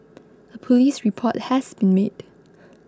a police report has been made